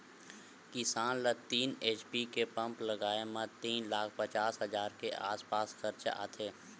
किसान ल तीन एच.पी के पंप लगाए म तीन लाख पचास हजार के आसपास खरचा आथे